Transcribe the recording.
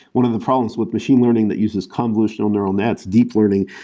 one of the problems with machine learning that uses convolutional neural nets deep learning.